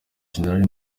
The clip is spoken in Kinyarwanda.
gen